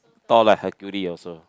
tall like Hercules also